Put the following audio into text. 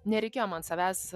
nereikia man savęs